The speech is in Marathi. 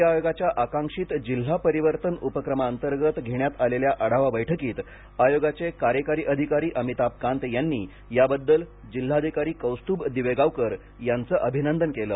निती आयोगाच्या आकांक्षीत जिल्हा परिवर्तन उपक्रमाअंतर्गत घेण्यात आलेल्या आढावा बैठकीत आयोगाचे कार्यकारी अधिकारी अमिताभ कांत यांनी याबद्दल जिल्हाधिकारी कौस्तूभ दिवेगावकर यांचं अभिनंदन केलं